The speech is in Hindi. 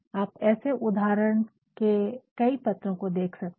आप ऐसे उदाहरण के कई पत्रों को देख सकते है